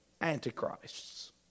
antichrists